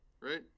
right